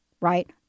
right